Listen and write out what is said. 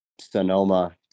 Sonoma